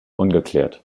ungeklärt